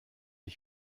ich